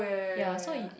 ya so